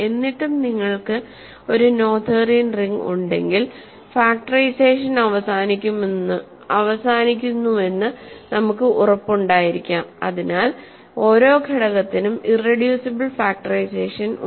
എന്നിട്ടും നിങ്ങൾക്ക് ഒരു നോതേരിയൻ റിംഗ് ഉണ്ടെങ്കിൽ ഫാക്ടറൈസേഷൻ അവസാനിക്കുമെന്നു നമുക്ക് ഉറപ്പുണ്ടായിരിക്കാം അതിനാൽ ഓരോ ഘടകത്തിനും ഇറെഡ്യൂസിബിൾ ഫാക്ടറൈസേഷൻ ഉണ്ട്